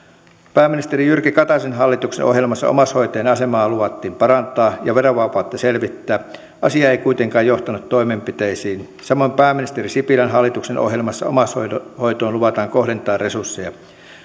pääministeri jyrki kataisen hallituksen ohjelmassa omaishoitajien asemaa luvattiin parantaa ja verovapautta selvittää asia ei kuitenkaan johtanut toimenpiteisiin samoin pääministeri sipilän hallituksen ohjelmassa omaishoitoon luvataan kohdentaa resursseja